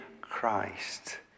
Christ